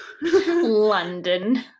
London